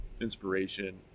inspiration